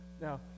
Now